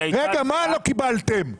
רגע, מה לא קיבלתם?